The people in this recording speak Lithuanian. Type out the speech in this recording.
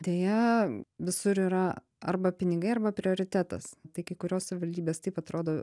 deja visur yra arba pinigai arba prioritetas tai kai kurios savivaldybės taip atrodo